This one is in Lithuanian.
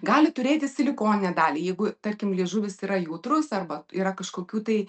gali turėti silikoninę dalį jeigu tarkim liežuvis yra jautrus arba yra kažkokių tai